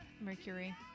Mercury